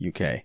UK